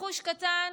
ניחוש קטן,